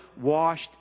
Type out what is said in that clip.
washed